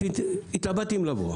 התלבטתי אם לבוא.